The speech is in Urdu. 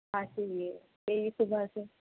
کھانسی بھی ہے یہی صُبح سے